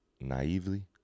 naively